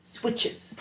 switches